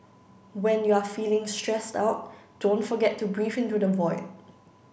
when you are feeling stressed out don't forget to breathe into the void